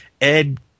ed